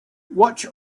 watch